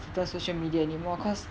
the social media anymore cause